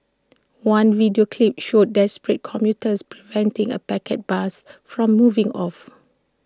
one video clip showed desperate commuters preventing A packed bus from moving off